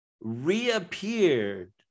reappeared